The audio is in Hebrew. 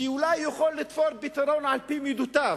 שאולי הוא יכול לתפור פתרון על-פי מידותיו,